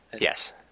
Yes